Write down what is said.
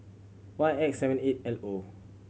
Y X seventy eight L O